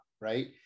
right